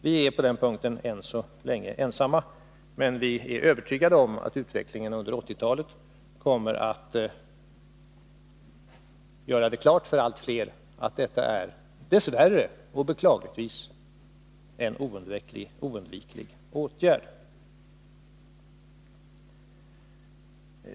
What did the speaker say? Vi är än så länge ensamma på den punkten, men vi är övertygade om att utvecklingen under 1980-talet kommer att göra klart för allt fler att detta är en oundviklig åtgärd — dess värre och beklagligtvis.